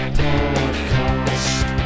podcast